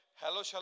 hello